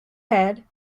head